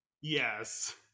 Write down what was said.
Yes